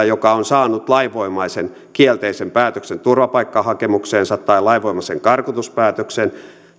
joka on saanut lainvoimaisen kielteisen päätöksen turvapaikkahakemukseensa tai lainvoimaisen karkotuspäätöksen